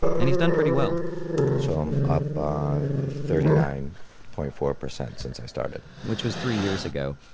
and he's done pretty well. so i'm up thirty nine point four percent since i started. which was three years ago.